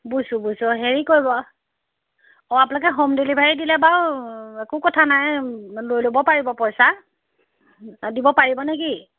বুজিছোঁ বুজিছোঁ হেৰি কৰিব অঁ আপোনালোকে হোম ডেলিভাৰি দিলে বাৰু একো কথা নাই লৈ ল'ব পাৰিব পইচা দিব পাৰিব নেকি